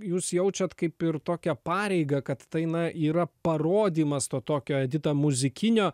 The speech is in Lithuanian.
jūs jaučiat kaip ir tokią pareigą kad tai na yra parodymas to tokio edita muzikinio